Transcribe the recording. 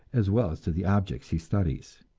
as well as to the objects he studies.